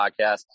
podcast